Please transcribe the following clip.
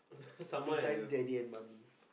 besides daddy and mummy